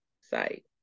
site